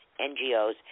NGOs